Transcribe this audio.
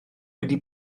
wedi